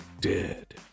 Dead